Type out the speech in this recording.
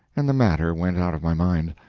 and the matter went out of my mind.